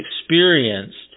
experienced